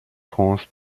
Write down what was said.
france